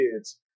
kids